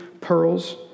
pearls